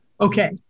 Okay